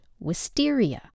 wisteria